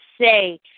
say